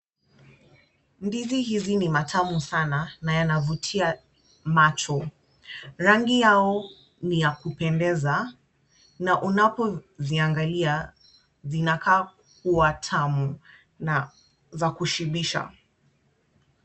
Ndizi hizi ni matamu sana na yanavutia macho. Rangi yao ni ya kupendeza na unapoziangalia zinakaa kuwa tamu na za kushibisha.